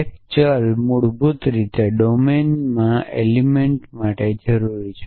દરેક ચલ મૂળભૂત રીતે ડોમિનમાં એલિમેંટ માટે જરૂરી છે